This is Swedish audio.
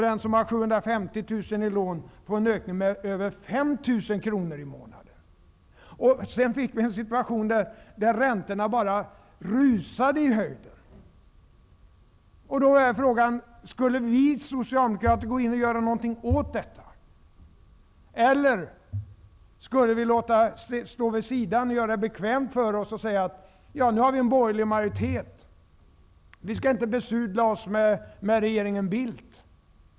Den som har 750 000 kr i lån får en ökning på över Sedan har det blivit en situation då räntorna har rusat i höjden. Frågan blev då om vi socialdemokrater skulle göra något åt detta. Eller skulle vi göra det bekvämt för oss och ställa oss vid sidan och säga att det är nu borgerlig majoritet och att vi inte skall besudla oss med regeringen Bildt?